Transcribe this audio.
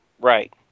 Right